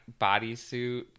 bodysuit